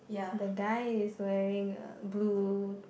the guy is wearing a blue